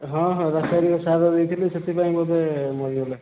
ହଁ ହଁ ରାସାୟନିକ ସାର ଦେଇଥିଲି ସେଥିପାଇଁ ବୋଧେ ମରିଗଲେ